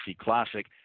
Classic